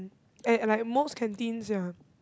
and at like most canteens ya